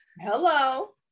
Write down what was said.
hello